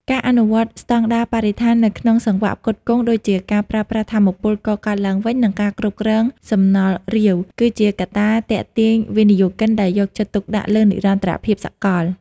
ការអនុវត្តស្ដង់ដារបរិស្ថាននៅក្នុងសង្វាក់ផ្គត់ផ្គង់ ដូចជាការប្រើប្រាស់ថាមពលកកើតឡើងវិញ និងការគ្រប់គ្រងសំណល់រាវ គឺជាកត្តាទាក់ទាញវិនិយោគិនដែលយកចិត្តទុកដាក់លើនិរន្តរភាពសកល។